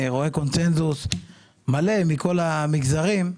אני רואה קונצנזוס מכל המגזרים.